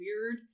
weird